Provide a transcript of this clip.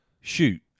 Shoot